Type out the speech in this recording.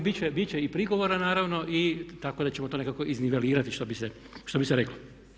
Ali bit će i prigovora naravno tako da ćemo to nekako iznivelirati što bi se reklo.